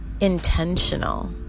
intentional